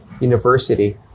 university